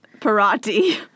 parati